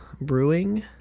Brewing